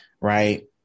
Right